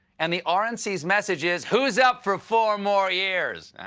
and the r n c s message is, who's up for four more years?